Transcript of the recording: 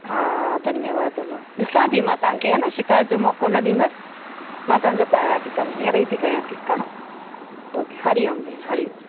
हा धन्यवादु हलो ॾिसा थी मां तव्हांखे हा न शिकाइत जो मौक़ो न ॾींदसि मां तव्हांजो कया थी कम हीअंर थी कया ठीकु आहे ओके हरिओम भेण हरिओम